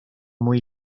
muy